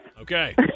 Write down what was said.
Okay